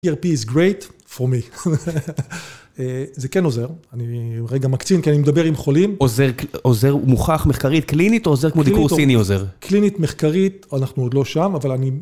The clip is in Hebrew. ERP is great for me. זה כן עוזר, אני רגע מקצין כי אני מדבר עם חולים. עוזר מוכח מחקרית קלינית או עוזר כמו דיקור סיני עוזר? קלינית מחקרית, אנחנו עוד לא שם, אבל אני...